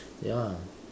ya